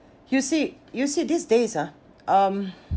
you see you see these days ah um